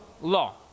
law